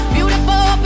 Beautiful